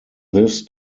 this